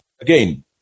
Again